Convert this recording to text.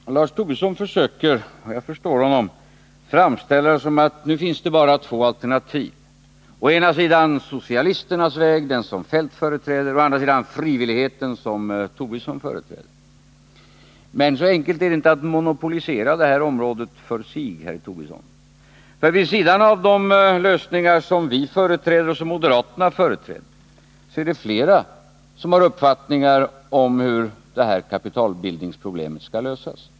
Herr talman! Lars Tobisson försöker — och jag förstår honom — framställa det som att det nu finns bara två alternativ: å ena sidan socialisternas väg, den som Kjell-Olof Feldt företräder, å andra sidan frivillighetens väg, som Lars Tobisson företräder. Men så enkelt är det inte att det går att monopolisera det här området för sig, herr Tobisson. Vid sidan av de lösningar som vi företräder och som moderaterna företräder finns det ju flera andra uppfattningar om hur kapitalbildningsproblemet skall lösas.